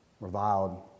reviled